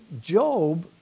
Job